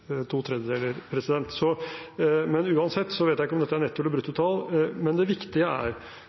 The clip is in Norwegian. to tredeler. Men uansett vet jeg ikke om dette er netto- eller bruttotall. Det viktige er: